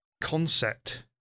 concept